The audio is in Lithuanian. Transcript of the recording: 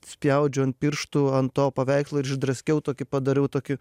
spjaudžiau ant pirštų ant to paveikslo ir išdraskiau tokį padariau tokį